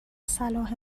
صلاح